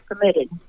committed